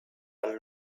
and